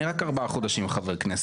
אני רק ארבעה חודשים חבר כנסת.